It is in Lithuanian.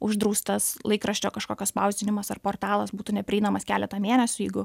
uždraustas laikraščio kažkokio spausdinimas ar portalas būtų neprieinamas keletą mėnesių jeigu